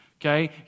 okay